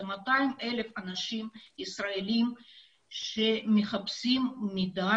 זה 200,000 אנשים ישראלים שמחפשים מידע